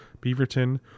Beaverton